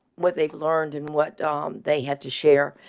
what they've learned and what dom they had to share.